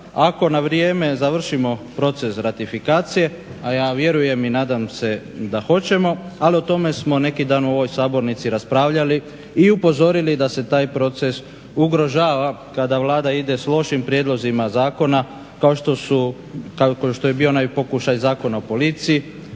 ako na vrijeme završimo proces ratifikacije, a ja vjerujem i nadam se da hoćemo ali o tome smo neki dan u ovoj sabornici raspravljali i upozorili da se taj proces ugrožava kada Vlada ide sa lošim prijedlozima zakona kao što je bio onaj pokušaj Zakona o policiji,